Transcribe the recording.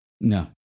No